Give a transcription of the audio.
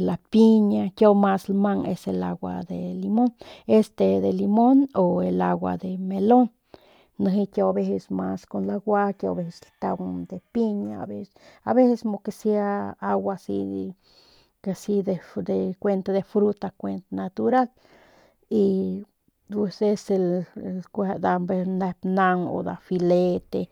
la piña kiau mas lmang es el agua de limon este de limon o el agua de melon nijiy kiau a veces kun lagua kiau a veces lataung de piña o aveces que sea agua asi de fre asi de fruta kuent natural y pues es el kueje ver nep naung o nda filete.